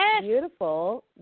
beautiful